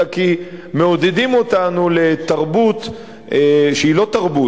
אלא כי מעודדים אותנו לתרבות שהיא לא תרבות,